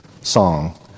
song